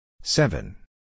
Seven